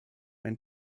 ein